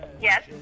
Yes